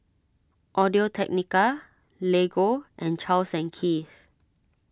Audio Technica Lego and Charles and Keith